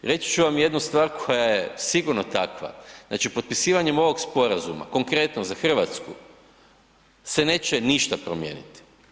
Reći ću vam jednu stvar koja je sigurno takva, znači potpisivanjem ovog sporazuma konkretno za Hrvatsku se neće ništa promijeniti.